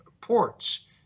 ports